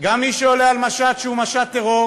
גם מי שעולה על משט שהוא משט טרור